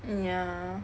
mm yeah